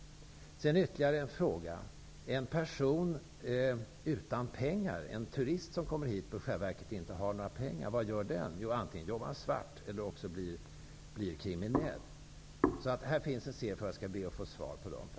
Ytterligare en fråga: Vad gör en turist som kommer hit och i själva verket inte har några pengar? Jo, antingen jobbar den personen svart eller också blir vederbörande kriminell. Jag skall be att få svar på de här frågorna.